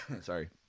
Sorry